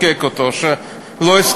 אתה היית